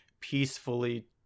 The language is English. peacefully